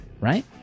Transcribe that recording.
Right